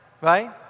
right